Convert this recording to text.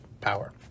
power